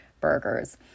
burgers